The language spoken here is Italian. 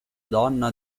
donna